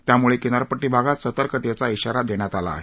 त्यामुळे किनारपट्टी भागात सतर्कतेचा आआरा देण्यात आला आहे